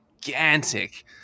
gigantic